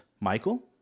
Michael